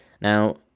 Now